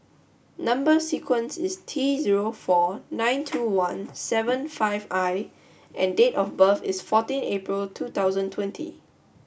number sequence is T zero four nine two one seven five I and date of birth is fourteen April two thousand twenty